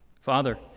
Father